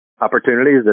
opportunities